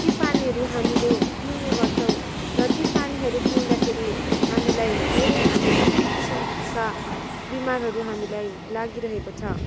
ती पानीहरू हामीले पिउने गर्छौं र ती पानीहरू पिउँदाखेरि हामीलाई धेरै किसिम किसिमका बिमारहरू हामीलाई लागिरहेको छ